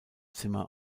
zimmer